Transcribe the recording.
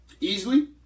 Easily